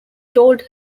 told